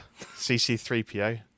CC3PO